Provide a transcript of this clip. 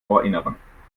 ohrinneren